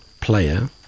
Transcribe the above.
player